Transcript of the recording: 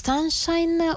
Sunshine